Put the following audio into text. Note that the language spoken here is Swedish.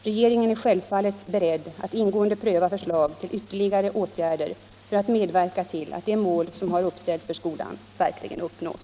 Regeringen är självfallet beredd att ingående pröva förslag till ytterligare åtgärder för att medverka till att de mål som har uppställts för skolan verkligen uppnås.